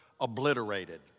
obliterated